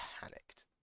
panicked